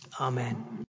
Amen